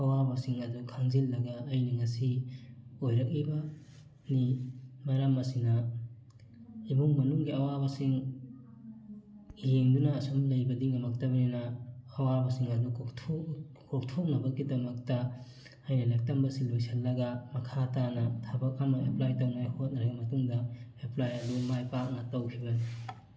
ꯑꯋꯥꯕꯁꯤꯡ ꯑꯗꯣ ꯈꯥꯡꯖꯤꯜꯂꯒ ꯑꯩꯅ ꯉꯁꯤ ꯑꯣꯏꯔꯛꯏꯕ ꯅꯤ ꯃꯔꯝ ꯑꯁꯤꯅ ꯏꯃꯨꯡ ꯃꯅꯨꯡꯒꯤ ꯑꯋꯥꯕꯁꯤꯡ ꯌꯦꯡꯗꯨꯅ ꯑꯁꯨꯝ ꯂꯩꯕꯗꯤ ꯉꯝꯃꯛꯇꯕꯅꯤꯅ ꯑꯋꯥꯕꯁꯤꯡ ꯑꯗꯨ ꯀꯣꯛꯊꯣꯛꯅꯕꯒꯤꯗꯃꯛꯇ ꯑꯩꯅ ꯂꯥꯏꯔꯤꯛ ꯇꯝꯕꯁꯤ ꯂꯣꯏꯁꯤꯜꯂꯒ ꯃꯈꯥ ꯇꯥꯅ ꯊꯕꯛ ꯑꯃ ꯑꯦꯄ꯭ꯂꯥꯏ ꯇꯧꯅꯉꯥꯏ ꯍꯣꯠꯅꯔꯤꯉꯩꯒꯤ ꯃꯇꯨꯡꯗ ꯑꯦꯄ꯭ꯂꯥꯏ ꯑꯗꯨ ꯃꯥꯏ ꯄꯥꯛꯅ ꯇꯧꯈꯤꯕꯅꯤ